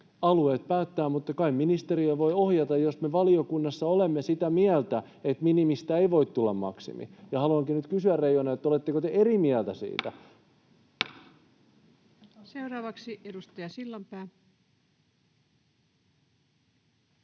Alueet päättävät, mutta kai ministeriö voi ohjata, jos me valiokunnassa olemme sitä mieltä, että minimistä ei voi tulla maksimi. Ja haluankin nyt kysyä, Reijonen: oletteko te eri mieltä siitä? [Speech 239] Speaker: